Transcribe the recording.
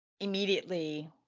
immediately